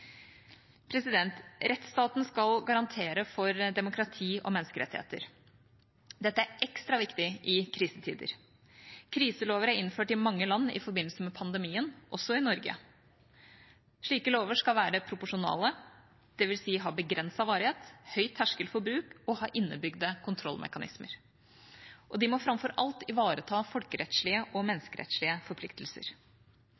Rettsstaten skal garantere for demokrati og menneskerettigheter. Dette er ekstra viktig i krisetider. Kriselover er innført i mange land i forbindelse med pandemien, også i Norge. Slike lover skal være proporsjonale, dvs. ha begrenset varighet, høy terskel for bruk og ha innebygde kontrollmekanismer. Og de må framfor alt ivareta folkerettslige og